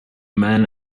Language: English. man